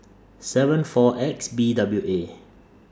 seven four X B W A